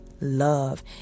love